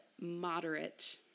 moderate